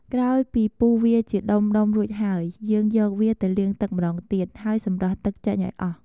ក្រោយពីពុះវាជាដុំៗរួចហើយ យើងយកវាទៅលាងទឹកម្ដងទៀត ហើយសម្រក់ទឹកចេញឱ្យអស់។